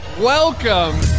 welcome